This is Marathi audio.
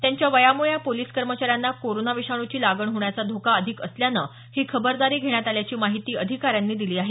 त्यांच्या वयामुळे या पोलिस कर्मचाऱ्यांना कोरोना विषाणूची लागण होण्याचा धोका अधिक असल्यानं ही खबरदारी घेण्यात आल्याची माहिती अधिकाऱ्यांनी दिली आहे